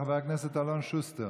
חבר הכנסת אלון שוסטר.